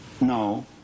No